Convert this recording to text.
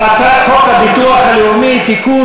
הצעת חוק הביטוח הלאומי (תיקון,